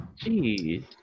Jeez